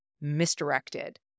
misdirected